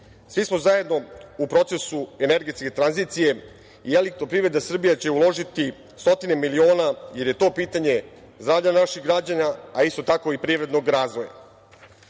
smo zajedno u procesu energetske tranzicije. Elektroprivreda Srbije će uložiti stotine milione jer je to pitanje zdravlja naših građana, a isto tako i privrednog